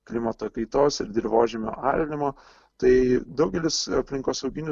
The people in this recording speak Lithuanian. klimato kaitos ir dirvožemio alinimo tai daugelis aplinkosauginių